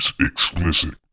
explicit